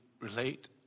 relate